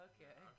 Okay